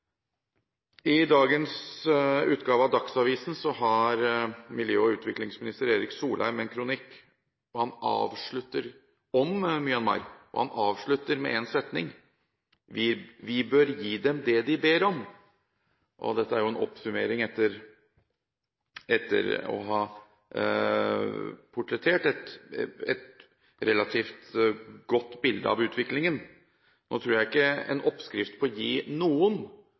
I dagens utgave av Dagsavisen har miljø- og utviklingsminister Erik Solheim en kronikk om Myanmar, og han avslutter med én setning: «Vi bør gi dem det de ber om.» Dette er en oppsummering etter å ha portrettert et relativt godt bilde av utviklingen. Nå tror jeg ikke det er veien å gå å gi noen